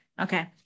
Okay